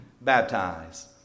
baptized